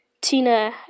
Tina